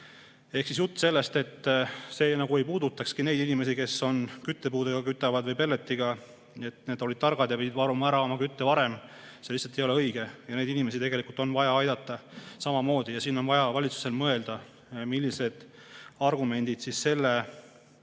Ehk siis jutt sellest, et see nagu ei puudutaks neid inimesi, kes küttepuudega kütavad või pelletiga, et need olid targad ja pidid varuma ära oma kütte varem – see lihtsalt ei ole õige. Neid inimesi tegelikult on vaja aidata samamoodi ja siin on vaja valitsusel mõelda, millised [lahendused] selleks